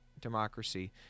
democracy